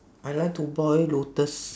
I like to boil lotus